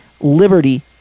Liberty